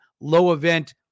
low-event